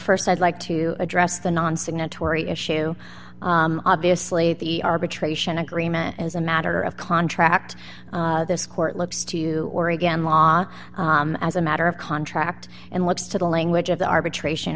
first i'd like to address the non signatory issue obviously the arbitration agreement as a matter of contract this court looks to oregon law as a matter of contract and looks to the language of the arbitration